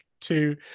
to-